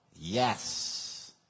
yes